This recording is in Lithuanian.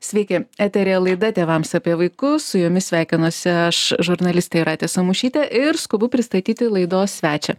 sveiki eteryje laida tėvams apie vaikus su jumis sveikinuosi aš žurnalistė jūratė samušytė ir skubu pristatyti laidos svečią